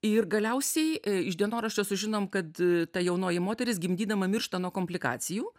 ir galiausiai iš dienoraščio sužinom kad ta jaunoji moteris gimdydama miršta nuo komplikacijų